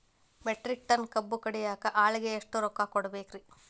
Metric ton ಕಬ್ಬು ಕಡಿಯಾಕ ಆಳಿಗೆ ಎಷ್ಟ ರೊಕ್ಕ ಕೊಡಬೇಕ್ರೇ?